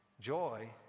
joy